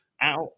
Out